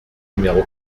numéro